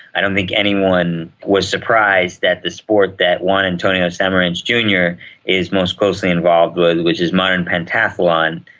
i don't think anyone was surprised that the sport that juan antonio samaranch jr is most closely involved with, which is modern pentathlon,